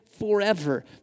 forever